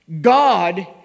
God